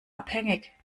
abhängig